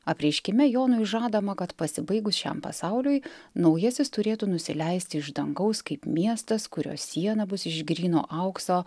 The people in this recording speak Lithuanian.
apreiškime jonui žadama kad pasibaigus šiam pasauliui naujasis turėtų nusileisti iš dangaus kaip miestas kurio siena bus iš gryno aukso